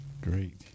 Great